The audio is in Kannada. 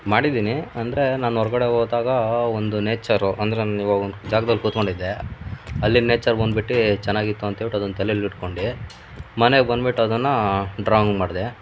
ಮಾಡಿದ್ದೀನಿ ಅಂದರೆ ನಾನು ಹೊರ್ಗಡೆ ಹೋದಾಗ ಒಂದು ನೇಚರ್ರು ಅಂದ್ರೆ ನಾನು ಇವಾಗ ಒಂದು ಜಾಗ್ದಲ್ಲಿ ಕೂತ್ಕೊಂಡಿದ್ದೆ ಅಲ್ಲಿನ ನೇಚರ್ ಬಂದ್ಬಿಟ್ಟು ಚೆನ್ನಾಗಿತ್ತು ಅಂತ ಹೇಳ್ಬುಟ್ ಅದನ್ನು ತಲೆಲ್ಲಿ ಇಟ್ಕೊಂಡು ಮನೆಗೆ ಬಂದ್ಬಿಟ್ಟು ಅದನ್ನು ಡ್ರಾಂಗ್ ಮಾಡಿದೆ